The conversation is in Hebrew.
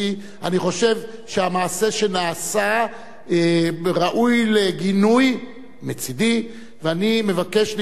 אני חושב שהמעשה שנעשה ראוי לגינוי מצדי ואני מבקש להתנצל